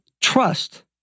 trust